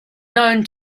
known